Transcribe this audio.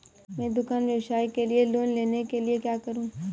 मैं दुकान व्यवसाय के लिए लोंन लेने के लिए क्या करूं?